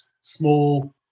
small